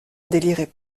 délirait